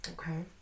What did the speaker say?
Okay